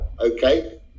okay